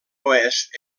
oest